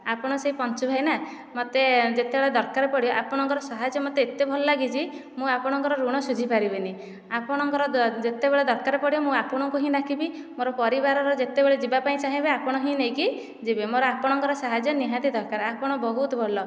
ଆପଣ ସେ ପଞ୍ଚୁ ଭାଇନା ମତେ ଯେତେବେଳେ ଦରକାର ପଡ଼ିବ ଆପଣଙ୍କର ସାହାଯ୍ୟ ମତେ ଏତେ ଭଲ ଲାଗିଛି ମୁଁ ଆପଣଙ୍କର ଋଣ ଶୁଝି ପାରିବିନି ଆପଣଙ୍କର ଯେତେବେଳେ ଦରକାର ପଡ଼ିବ ମୁଁ ଆପଣଙ୍କୁ ହିଁ ଡାକିବି ମୋର ପରିବାରର ଯେତେବେଳେ ଯିବା ପାଇଁ ଚାହିଁବେ ଆପଣ ହିଁ ନେଇକି ଯିବେ ମୋର ଆପଣଙ୍କର ସାହାଯ୍ୟ ନିହାତି ଦରକାର ଆପଣ ବହୁତ ଭଲ